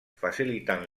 facilitant